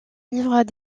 livres